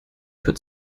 für